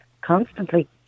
constantly